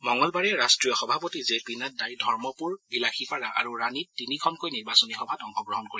মঙলবাৰে ৰাষ্ট্ৰীয় সভাপতি জে পি নাড্ডাই ধৰ্মপুৰ বিলাসীপাৰা আৰু ৰাণীত তিনিখনকৈ নিৰ্বাচনী সভাত অংশগ্ৰহণ কৰিব